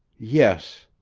yes,